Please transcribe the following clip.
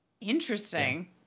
Interesting